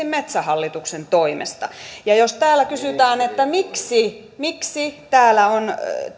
metsähallituksen toimesta ja jos täällä kysytään miksi miksi täällä on